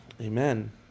amen